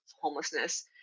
homelessness